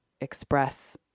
express